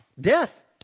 death